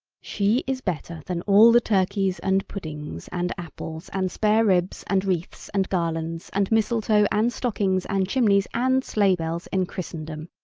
she is better than all the turkeys and puddings and apples and spare-ribs and wreaths and garlands and mistletoe and stockings and chimneys and sleigh-bells in christendom.